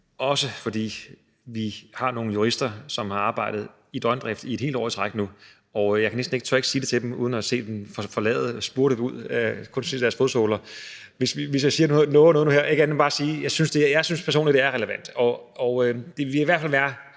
også fordi vi har nogle jurister, som har arbejdet i døgndrift i et helt år i træk nu, og jeg tør næsten ikke sige det til dem, altså for ikke at se dem spurte ud, så man kun kan se deres fodsåler, hvis jeg lover noget nu her. Så jeg vil bare sige, at jeg personligt synes, det er relevant. Og det ville i hvert fald ikke